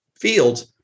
fields